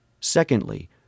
Secondly